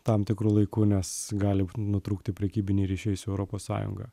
tam tikru laiku nes gali nutrūkti prekybiniai ryšiai su europos sąjunga